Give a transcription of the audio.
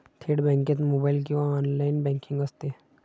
थेट बँकेत मोबाइल किंवा ऑनलाइन बँकिंग असते